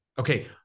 Okay